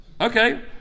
Okay